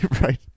Right